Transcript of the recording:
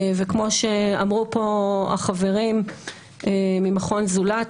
וכמו שאמרו פה החברים ממכון "זולת",